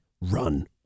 Run